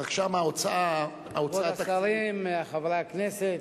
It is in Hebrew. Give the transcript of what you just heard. רק שם ההוצאה התקציבית, כבוד השרים, חברי הכנסת,